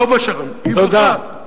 לא, היא בוטלה.